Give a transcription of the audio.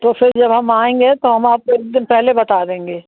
तो फिर जब हम आएंगे तो हम आपको एक दिन पहले बता देंगे